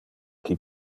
qui